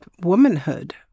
womanhood